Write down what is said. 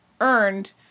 earned